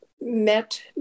met